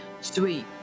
sweet